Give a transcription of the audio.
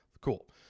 Cool